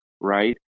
Right